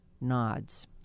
nods